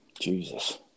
Jesus